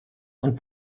und